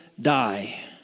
die